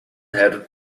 headed